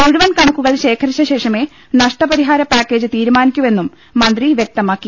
മുഴുവൻ കണക്കുകൾ ശേഖരിച്ചശേഷമേ നഷ്ടപരി ഹാര പാക്കേജ് തീരുമാനിക്കൂവെന്നും മന്ത്രി വൃക്തമാക്കി